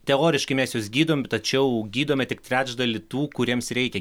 teoriškai mes juos gydom tačiau gydome tik trečdalį tų kuriems reikia